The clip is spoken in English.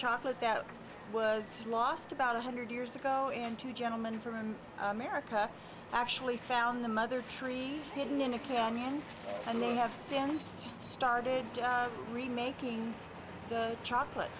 chocolate that was lost about a hundred years ago in two gentlemen from america actually found the mother tree hidden in a canyon and they have since started remaking the chocolate